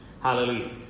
Hallelujah